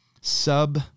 sub